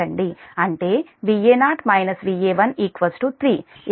అంటే Va0 Va1 3 ఎందుకంటే ఈ 3 13 Vb